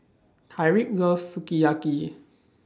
Tyreek loves Sukiyaki